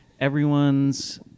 everyone's